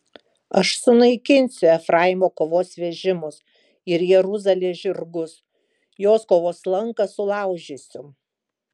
aš sunaikinsiu efraimo kovos vežimus ir jeruzalės žirgus jos kovos lanką sulaužysiu